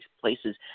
places